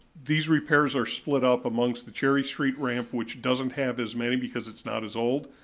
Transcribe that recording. these repairs are split up amongst the cherry street ramp, which doesn't have as many, because it's not as old.